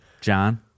John